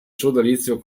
sodalizio